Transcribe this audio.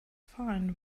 fine